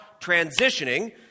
transitioning